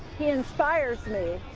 he inspires me.